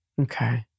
Okay